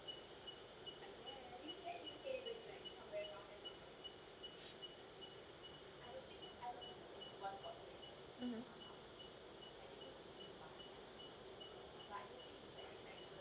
mmhmm